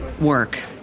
work